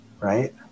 right